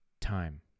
time